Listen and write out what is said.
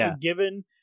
given